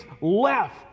left